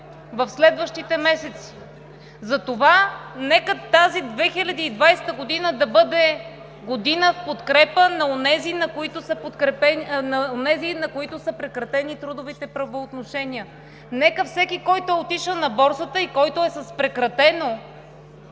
в следващите месеци. Затова нека 2020 г. да бъде година в подкрепа на онези, на които са прекратени трудовите правоотношение, нека всеки, който е отишъл на борсата и който е с прекратено